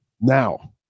now